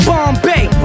Bombay